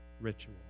ritual